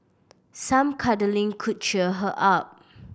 some cuddling could cheer her up